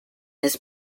his